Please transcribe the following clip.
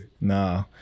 Nah